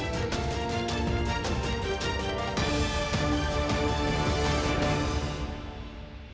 Дякую